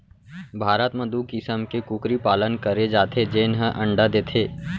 भारत म दू किसम के कुकरी पालन करे जाथे जेन हर अंडा देथे